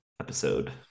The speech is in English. episode